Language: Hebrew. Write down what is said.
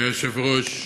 אדוני היושב-ראש,